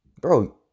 bro